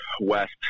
West